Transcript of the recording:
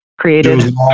created